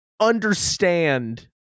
understand